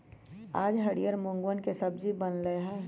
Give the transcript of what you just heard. आज हरियर मूँगवन के सब्जी बन लय है